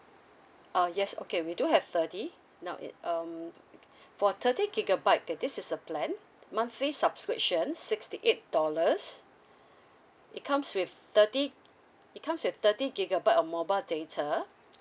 uh yes okay we do have thirty now it um uh uh for our thirty gigabyte okay this is the plan monthly subscription sixty eight dollars it comes with thirty it comes with thirty gigabyte of mobile data